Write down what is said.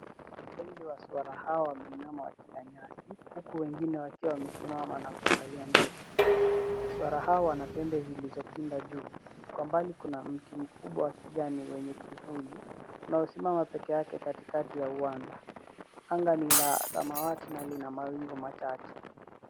Wengi wa swara hawa wameinama wakila nyasi huku wengine wamesimama na kuangalia mbele. Swara hawa wana pembe zilizopinda juu. Kwa mbali kuna mti mkubwa wa kijani wenye kivuli, unaosimama peke yake katikati ya uwanja. Anga ni la samawati na lina mawingu machache.